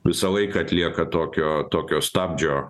visą laiką atlieka tokio tokio stabdžio